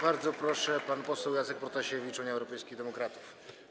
Bardzo proszę, pan poseł Jacek Protasiewicz, Unia Europejskich Demokratów.